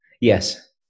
Yes